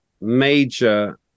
major